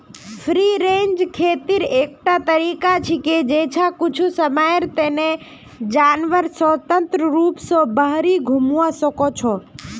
free range खेतीर एकटा तरीका छिके जैछा कुछू समयर तने जानवर स्वतंत्र रूप स बहिरी घूमवा सख छ